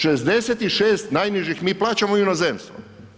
66 najnižih mi plaćamo u inozemstvo.